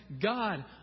God